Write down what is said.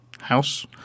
house